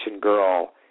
girl